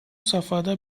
safhada